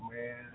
man